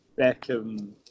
Beckham